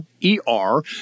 E-R